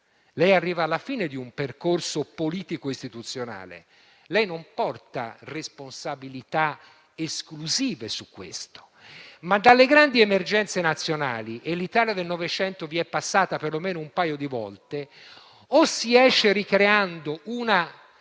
lei arriva alla fine di un percorso politico e istituzionale, lei non porta responsabilità esclusive su questo. Ma dalle grandi emergenze nazionali - e l'Italia del Novecento vi è passata perlomeno un paio di volte - si esce ricreando uno